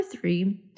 three